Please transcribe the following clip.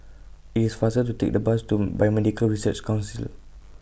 IT IS faster to Take The Bus to Biomedical Research Council